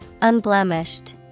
Unblemished